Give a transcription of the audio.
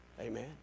amen